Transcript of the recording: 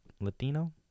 Latino